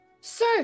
sir